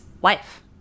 wife